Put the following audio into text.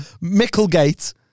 Micklegate